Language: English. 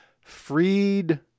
freed